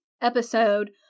episode